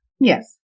Yes